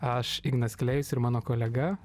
aš ignas klėjus ir mano kolega